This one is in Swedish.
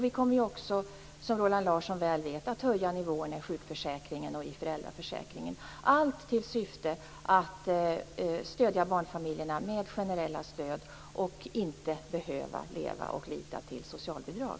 Vi kommer också, som Roland Larsson mycket väl vet, att höja nivåerna i sjukförsäkringen och i föräldraförsäkringen, allt i syfte att med generella insatser stödja barnfamiljerna, så att de inte behöver leva på och lita till socialbidrag.